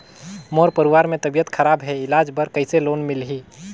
मोर परवार मे तबियत खराब हे इलाज बर कइसे लोन मिलही?